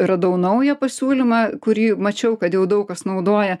radau naują pasiūlymą kurį mačiau kad jau daug kas naudoja